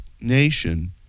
nation